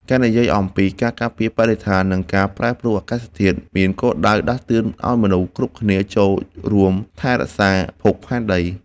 ការនិយាយអំពី ការការពារបរិស្ថាន និងការប្រែប្រួលអាកាសធាតុ មានគោលដៅដាស់តឿនឱ្យមនុស្សគ្រប់គ្នាចូលរួមថែរក្សាភពផែនដី។